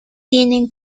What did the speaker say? tienen